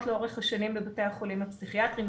לאורך השנים בבתי החולים הפסיכיאטריים,